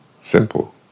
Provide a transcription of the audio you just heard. Simple